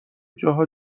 جاها